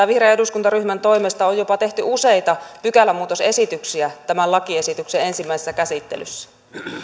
vihreän eduskuntaryhmän toimesta on jopa tehty useita pykälämuutosesityksiä tämän lakiesityksen ensimmäisessä käsittelyssä